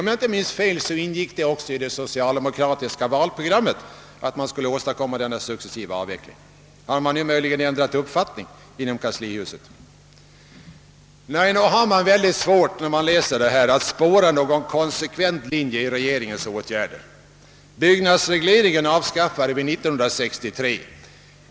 Öm jag inte minns fel ingick det också i socialdemokraternas valprogram att hyresregleringen skulle successivt avvecklas. Har man nu ändrat uppfattning i kanslihuset och partiet? Nog har jag svårt att spåra någon konsekvent linje i regeringens åtgärder. Byggnadsregleringen avskaffade vi 1963.